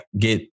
get